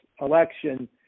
election